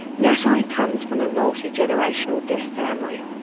natalie comes from a multi-generational deaf family,